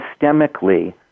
systemically